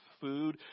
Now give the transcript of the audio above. food